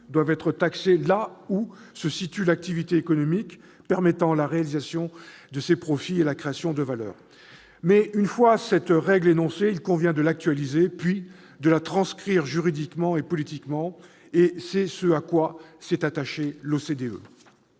doivent être taxés là où se situe l'activité économique permettant leur réalisation et la création de valeur. Mais une fois cette règle énoncée, il convient de l'actualiser, puis de la transcrire juridiquement et politiquement. C'est ce à quoi s'est attachée l'OCDE.